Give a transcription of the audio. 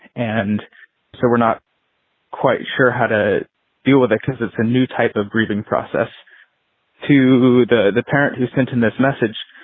and so we're not quite sure how to deal with it because it's a new type of grieving process to the the parents who sent in this message.